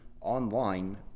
online